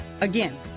Again